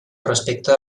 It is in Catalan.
respecta